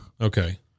Okay